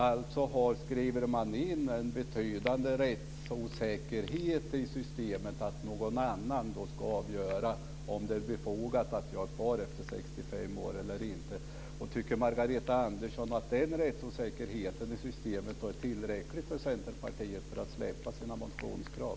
Alltså skriver man in en betydande rättsosäkerhet i systemet, att någon annan ska avgöra om det är befogat att jag är kvar efter 65 år eller inte. Tycker Margareta Andersson att denna rättsosäkerhet i systemet är tillräcklig för att Centerpartiet ska släppa sina motionskrav?